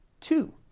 two